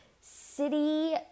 city